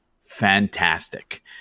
fantastic